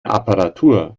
apparatur